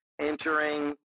entering